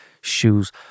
shoes